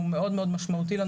הוא מאוד משמעותי לנו,